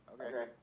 Okay